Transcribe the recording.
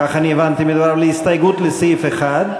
כך אני הבנתי מדבריו, להסתייגות לסעיף 1,